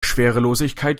schwerelosigkeit